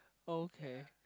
okay